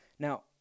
Now